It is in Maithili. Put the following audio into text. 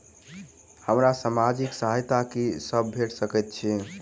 हमरा सामाजिक सहायता की सब भेट सकैत अछि?